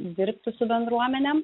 dirbti su bendruomene